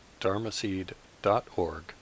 dharmaseed.org